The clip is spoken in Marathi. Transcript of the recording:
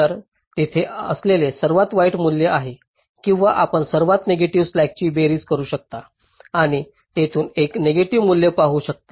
तर तिथे असलेले सर्वात वाईट मूल्य आहे किंवा आपण सर्व नेगेटिव्ह स्लॅक्सची बेरीज करू शकता आणि तेथील एकूण नेगेटिव्ह मूल्य पाहू शकता